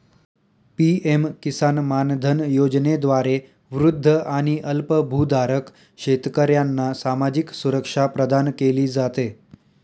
PM Kisan Mandhan योजनेद्वारे वृद्ध आणि अल्पभूधारक शेतकऱ्यांना सामाजिक सुरक्षा प्रदान केली जाते